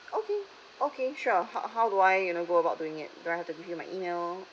okay okay sure how how do I you know go about doing it do I have to give you my email